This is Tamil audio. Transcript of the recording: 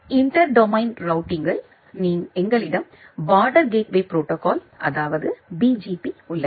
இன்டர் டொமைன் ரூட்டிங்கில் எங்களிடம் பார்டர் கேட்வே ப்ரோடோகால் அதாவது பிஜிபி உள்ளது